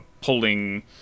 pulling